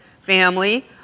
family